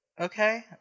Okay